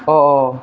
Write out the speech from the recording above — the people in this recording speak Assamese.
অঁ অঁ